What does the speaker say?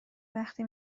وقتی